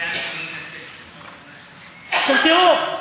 עכשיו תראו,